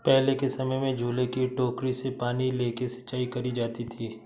पहले के समय में झूले की टोकरी से पानी लेके सिंचाई करी जाती थी